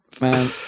Man